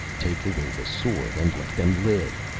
take away the sword, and let them live!